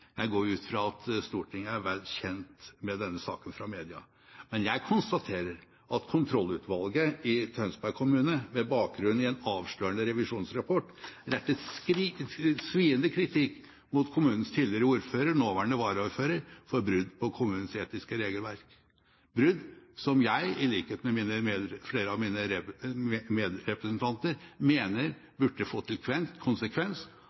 Jeg går ut fra at Stortinget er vel kjent med denne saken fra media. Jeg konstaterer at kontrollutvalget i Tønsberg kommune, med bakgrunn i en avslørende revisjonsrapport, retter sviende kritikk mot kommunens tidligere ordfører, nåværende varaordfører, for brudd på kommunens etiske regelverk – brudd, som jeg, i likhet med flere av mine medrepresentanter, mener burde fått som konsekvens